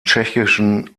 tschechischen